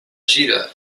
gira